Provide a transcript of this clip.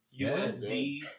USD